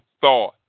thought